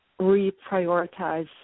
reprioritize